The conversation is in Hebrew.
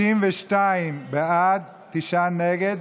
92 בעד, תשעה נגד.